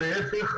להפך,